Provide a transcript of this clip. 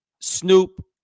Snoop